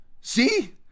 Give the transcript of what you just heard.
See